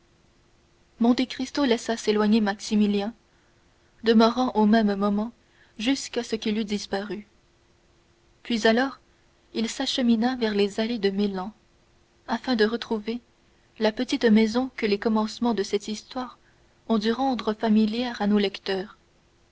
ville monte cristo laissa s'éloigner maximilien demeurant au même endroit jusqu'à ce qu'il eût disparu puis alors il s'achemina vers les allées de meilhan afin de retrouver la petite maison que les commencements de cette histoire ont dû rendre familière à nos lecteurs